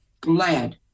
glad